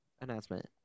announcement